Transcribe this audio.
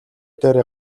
дээрээ